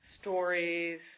stories